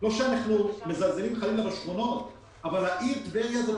לא שאנחנו חלילה מזלזלים בשכונות אבל העיר טבריה זאת